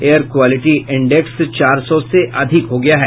air quality index चार सौ से अधिक हो गया है